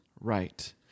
Right